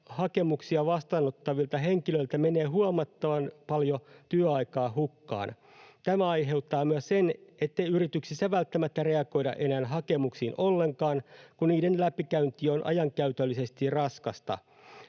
hakemuksia vastaanottavilta henkilöiltä menee huomattavan paljon työaikaa hukkaan. Tämä aiheuttaa myös sen, ettei yrityksissä välttämättä reagoida enää hakemuksiin ollenkaan, kun niiden läpikäynti on ajankäytöllisesti raskasta.